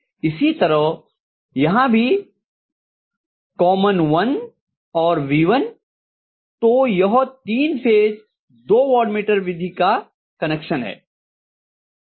इसी तरह यहाँ भी COM1 और v1 तो यह तीन फेज दो वाटमीटर विधि का कनेक्शन है